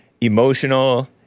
emotional